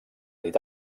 dit